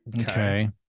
Okay